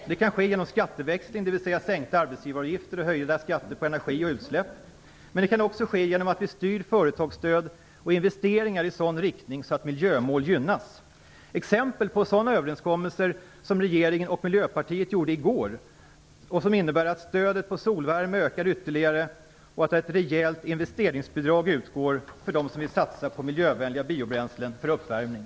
Det kan ske genom skatteväxling, dvs. sänkta arbetsgivaravgifter och höjda skatter på energi och utsläpp, men det kan också ske genom att vi styr företagsstöd och investeringar i sådan riktning att miljömål gynnas. Ett exempel är den överenskommelse som regeringen och Miljöpartiet gjorde i går, som innebär att stödet till solvärme ökar ytterligare och att ett rejält investeringsbidrag utgår för dem som vill satsa på miljövänliga biobränslen för uppvärmning.